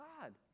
God